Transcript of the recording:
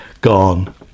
Gone